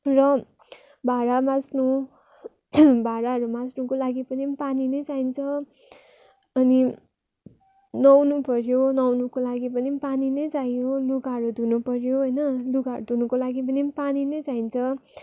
र भाँडा माझ्नु भाँडाहरू माझ्नुको लागि पनि पानी नै चाहिन्छ अनि नुहाउनु पऱ्यो नुहाउनुको लागि पनि पानी नै चाहियो लुगाहरू धुनु पऱ्यो होइन लुगाहरू धुनुको लागि पनि पानी नै चाहिन्छ